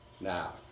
Now